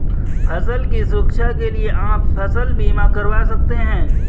फसल की सुरक्षा के लिए आप फसल बीमा करवा सकते है